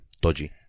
dodgy